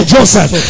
Joseph